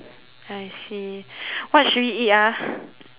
I see what should we eat ah